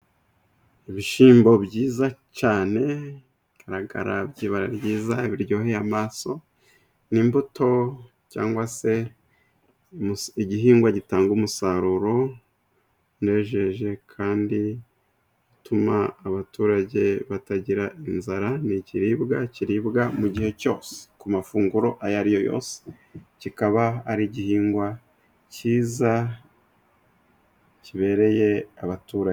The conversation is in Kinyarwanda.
Ibishyimbo byiza cyane bigaragara by'ibara ryiza biryoheye amaso, ni imbuto cyangwa se igihingwa gitanga umusaruro unejeje kandi utuma abaturage batagira inzara. Ni ikiribwa kiribwa mu gihe cyose ku mafunguro ayo ariyo yose, kikaba ari igihingwa cyiza kibereye abaturage.